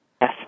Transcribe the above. Yes